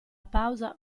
pausa